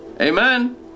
Amen